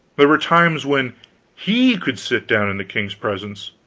there were times when he could sit down in the king's presence,